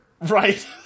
Right